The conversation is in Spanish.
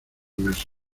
meses